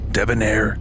Debonair